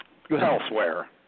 elsewhere